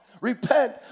Repent